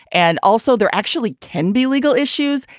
and also there actually can be legal issues.